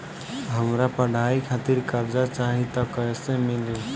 हमरा पढ़ाई खातिर कर्जा चाही त कैसे मिली?